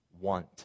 want